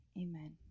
Amen